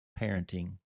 parenting